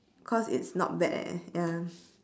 cause it's not bad eh ya